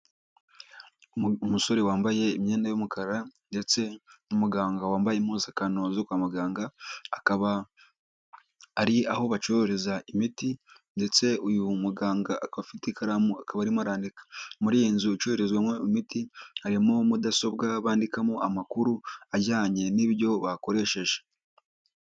Umusore wambaye imyenda y'umukara ndetse n'umuganga wambaye impuzakanozo kwa muganga akaba ari aho bacurureza imiti ndetse uyu muganga akaba afite ikaramu akaba arimo arandika, muri iyi nzu ucururizwamo imiti harimo mudasobwa bandikamo amakuru ajyanye n'ibyo bakoresheje.